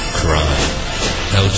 crime